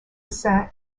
saint